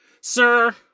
Sir